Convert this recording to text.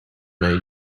them